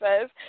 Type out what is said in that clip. says